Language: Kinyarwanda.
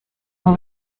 baba